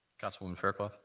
councilwoman fairclough?